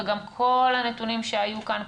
וגם כל הנתונים שהיו כאן,